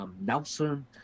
Nelson